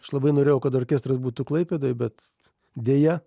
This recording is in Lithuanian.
aš labai norėjau kad orkestras būtų klaipėdoj bet deja